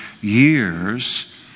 years